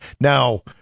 now